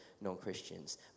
non-Christians